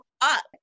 up